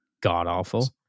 god-awful